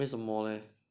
为什么咧